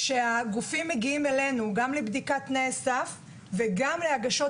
כשהגופים מגיעים אלינו גם לבדיקת תנאי סף וגם להגשות